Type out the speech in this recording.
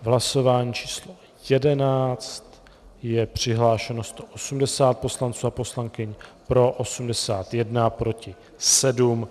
V hlasování číslo 11 je přihlášeno 180 poslanců a poslankyň, pro 81, proti 7.